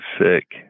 sick